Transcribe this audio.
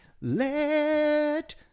Let